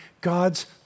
God's